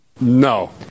no